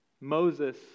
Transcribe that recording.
Moses